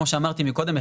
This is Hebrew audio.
כמו שאמרתי מקודם,